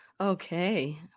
Okay